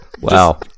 wow